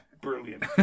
brilliant